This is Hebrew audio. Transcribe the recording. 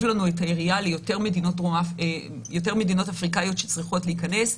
לנו את היריעה ליותר מדינות אפריקאיות שצריכות להיכנס.